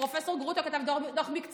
פרופ' גרוטו כתב דוח מקצועי.